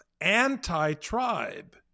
anti-tribe